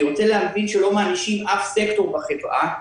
אני רוצה להבין שלא מענישים אף סקטור בחברה,